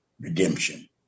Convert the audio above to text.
redemption